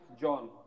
John